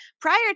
prior